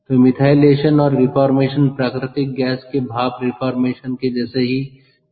तो मिथाइलेशन और रिफॉर्मेशन प्राकृतिक गैस के भाप रिफॉर्मेशन के जैसे ही काम करता है